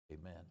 Amen